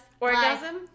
orgasm